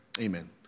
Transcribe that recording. Amen